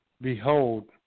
Behold